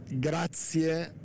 grazie